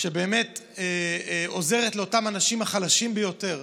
שבאמת עוזרת לאותם אנשים חלשים ביותר,